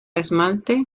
esmalte